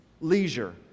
leisure